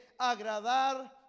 agradar